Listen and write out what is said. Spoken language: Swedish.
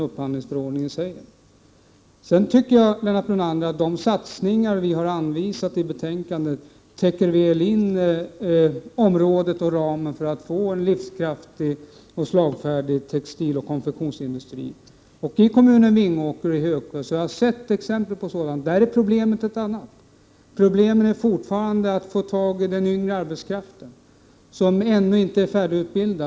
Jag tycker att de satsningar som vi anvisar i betänkandet väl täcker det som behövs för att få till stånd en livskraftig och konkurrensduglig textiloch konfektionsindustri. I kommunerna Vingåker och Högsjö har jag sett exempel på sådant. Där är problemet ett annat, nämligen att få tag i yngre arbetskraft som ännu inte är färdigutbildad.